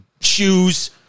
shoes